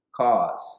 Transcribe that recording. cause